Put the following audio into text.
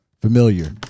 familiar